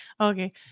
Okay